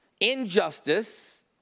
Injustice